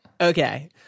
Okay